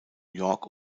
york